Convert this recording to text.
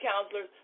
counselors